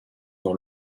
dans